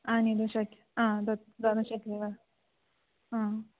आनीतुं शक्यं हा दातुं शक्यते वा हा